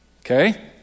okay